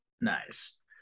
Nice